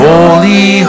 Holy